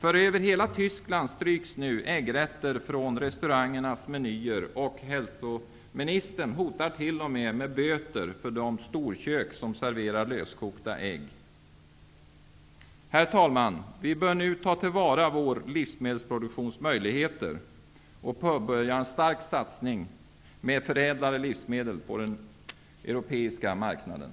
Över hela Tyskland stryks nu äggrätter från restaurangernas menyer. Hälsoministern hotar t.o.m. med böter för de storkök som serverar löskokta ägg. Herr talman! Vi bör nu ta till vara vår livsmedelsproduktions möjligheter och påbörja en stark satsning med förädlade livsmedel på den europeiska marknaden.